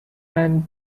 and